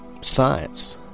science